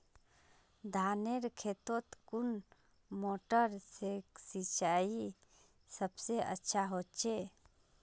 धानेर खेतोत कुन मोटर से सिंचाई सबसे अच्छा होचए?